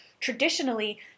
traditionally